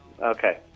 Okay